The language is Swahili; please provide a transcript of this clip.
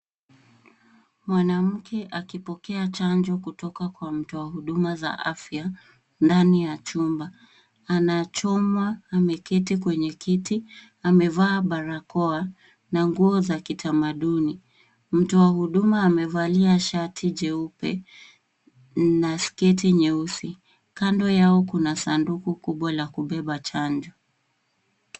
Mwanamke akipokea chanjo kutoka kwa mtu wa huduma za afya ndani ya chumba. Anachomwa, ameketi kwenye kiti. Amevaa barakoa na nguo za kitamaduni. Mtu wa huuma amevalia shati jeupe na sketi nyeusi. Kando yao kuna sanduku kubwa la kubeba chanjo.